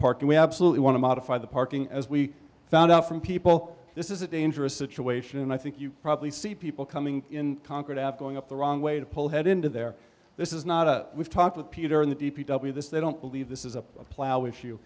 park and we absolutely want to modify the parking as we found out from people this is a dangerous situation and i think you probably see people coming in concord after going up the wrong way to pull ahead into their this is not a we've talked with peter in the d p w this they don't believe this is a plow i